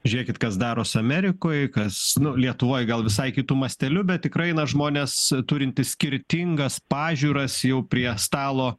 žiūrėkit kas daros amerikoj kas lietuvoj gal visai kitu masteliu bet tikrai na žmonės turintys skirtingas pažiūras jau prie stalo